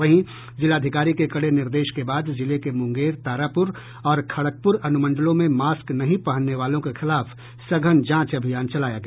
वहीं जिलाधिकारी के कड़े निर्देश के बाद जिले के मुंगेर तारापुर और खड़गपुर अनुमंडलों में मास्क नहीं पहनने वालों के खिलाफ सघन जांच अभियान चलाया गया